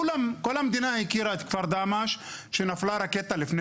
כל המדינה הכירה את כפר דהמש כשנפלה הרקטה לפני